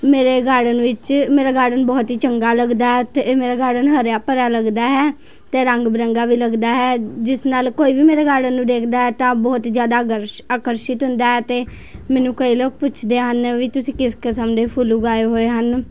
ਮੇਰੇ ਗਾਰਡਨ ਵਿੱਚ ਮੇਰਾ ਗਾਰਡਨ ਬਹੁਤ ਹੀ ਚੰਗਾ ਲੱਗਦਾ ਹੈ ਅਤੇ ਮੇਰਾ ਗਾਰਡਨ ਹਰਿਆ ਭਰਿਆ ਲੱਗਦਾ ਹੈ ਅਤੇ ਰੰਗ ਬਿਰੰਗਾ ਵੀ ਲੱਗਦਾ ਹੈ ਜਿਸ ਨਾਲ ਕੋਈ ਵੀ ਮੇਰੇ ਗਾਰਡਨ ਨੂੰ ਦੇਖਦਾ ਹੈ ਤਾਂ ਬਹੁਤ ਹੀ ਜ਼ਿਆਦਾ ਆਗਰਸ਼ ਆਕਰਸ਼ਿਤ ਹੁੰਦਾ ਹੈ ਅਤੇ ਮੈਨੂੰ ਕਈ ਲੋਕ ਪੁੱਛਦੇ ਹਨ ਵੀ ਤੁਸੀਂ ਕਿਸ ਕਿਸਮ ਦੇ ਫੁੱਲ ਉਗਾਏ ਹੋਏ ਹਨ